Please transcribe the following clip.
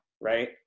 right